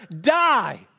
die